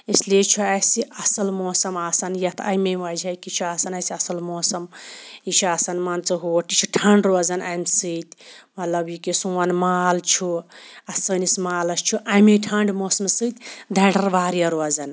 اِسلیے چھُ اَسہِ اَصل موسَم آسان یَتھ امے وَجہٕکۍ چھُ کہِ آسان اَصل موسَم یہِ چھُ آسان مان ژٕ ہور یہِ چھُ ٹھَنٛڈ روزان امہِ سۭتۍ مَطلَب یہِ کہِ سون مال چھُ سٲنِس مالَس امے ٹھَنٛڈ موسمہٕ سۭتۍ دَریر واریاہ روزان